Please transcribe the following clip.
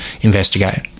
investigate